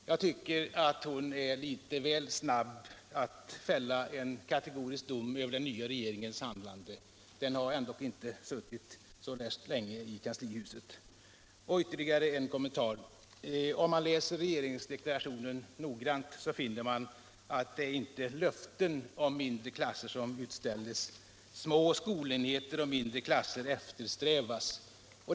Jag tycker att hon är litet väl snabb att fälla en kategorisk dom över den nya regeringens handlande — den har ändock inte suttit så värst länge i kanslihuset. Och ytterligare en kommentar: Om man läser regeringsdeklarationen noggrant finner man att det inte är löften om mindre klasser som utställs. Små skolenheter och mindre klasser eftersträvas.